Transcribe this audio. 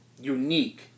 unique